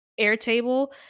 Airtable